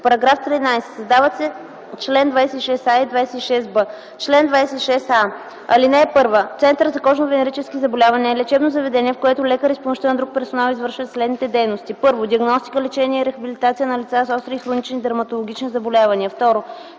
„§ 13. Създават се чл. 26а и 26б: „Чл. 26а. (1) Център за кожно-венерически заболявания е лечебно заведение, в което лекари с помощта на друг персонал извършват следните дейности: 1. диагностика, лечение и рехабилитация на лица с остри и хронични дерматологични заболявания; 2.